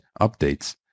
updates